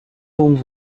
home